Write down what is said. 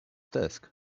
desk